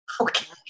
Okay